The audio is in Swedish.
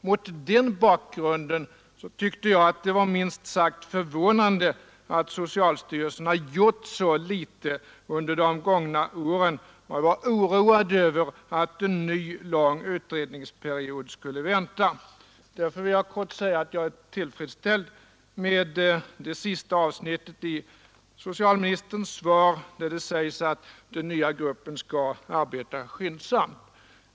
Mot den bakgrunden tyckte jag att det var minst sagt förvånande att socialstyrelsen har gjort så litet under de gångna åren, och jag var oroad över att en ny lång utredningsperiod skulle vänta. Därför vill jag helt kort säga att jag är tillfredsställd med det sista avsnittet i socialministerns svar, där det sägs att den nya gruppen skall arbeta skyndsamt.